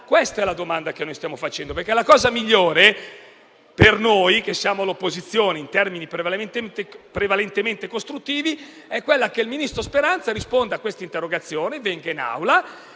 Queste sono le domande che stiamo facendo. La cosa migliore, per noi che siamo all'opposizione in termini prevalentemente costruttivi, è che il ministro Speranza risponda a questa interrogazione, venga in Aula